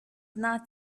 not